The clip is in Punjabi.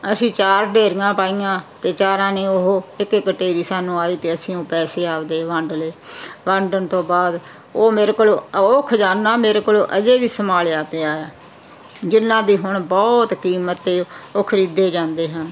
ਅਸੀਂ ਚਾਰ ਢੇਰੀਆਂ ਪਾਈਆਂ ਅਤੇ ਚਾਰਾਂ ਨੇ ਉਹ ਇੱਕ ਇੱਕ ਢੇਰੀ ਸਾਨੂੰ ਆਈ ਅਤੇ ਅਸੀਂ ਉਹ ਪੈਸੇ ਆਪਣੇ ਵੰਡ ਲਏ ਵੰਡਣ ਤੋਂ ਬਾਅਦ ਉਹ ਮੇਰੇ ਕੋਲ ਉਹ ਖਜ਼ਾਨਾ ਮੇਰੇ ਕੋਲ ਅਜੇ ਵੀ ਸੰਭਾਲਿਆ ਪਿਆ ਹੈ ਜਿਨ੍ਹਾਂ ਦੀ ਹੁਣ ਬਹੁਤ ਕੀਮਤ 'ਤੇ ਉਹ ਖਰੀਦੇ ਜਾਂਦੇ ਹਨ